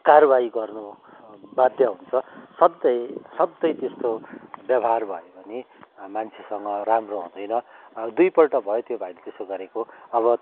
कार्वाही गर्नु बाध्य हुन्छ सधैँ सधैँ त्यस्तो व्यवहार भयो भने मान्छेसँग राम्रो हुँदैन दुईपल्ट भयो त्यो भाइले त्यसो गरेको अब